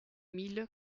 mille